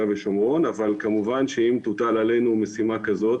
ושומרון היא לא בידינו אבל כמובן שאם תוטל עלינו משימה כזאת,